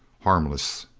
harmless!